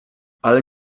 ale